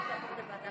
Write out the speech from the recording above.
התשפ"א 2021, לוועדת